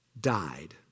died